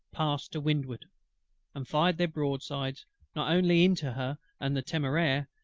passed to windward and fired their broadsides not only into her and the temeraire,